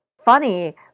funny